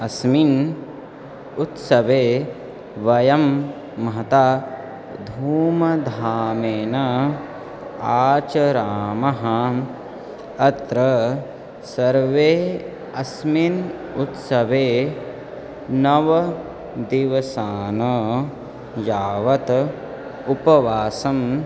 अस्मिन् उत्सवे वयं महता धूमधामेन आचरामः अत्र सर्वे अस्मिन् उत्सवे नवदिवसान् यावत् उपवासम्